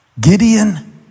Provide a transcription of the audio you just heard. Gideon